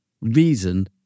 reason